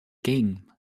game